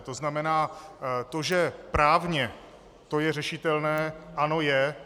To znamená, to, že právně to je řešitelné, ano, je.